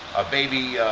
a baby